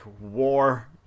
war